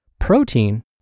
protein